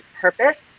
purpose